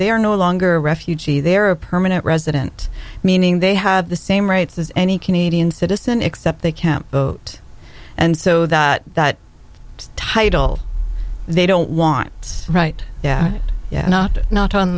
they are no longer a refugee they're a permanent resident meaning they have the same rights as any canadian citizen except they can't vote and so that that title they don't want it's right yeah yeah not not on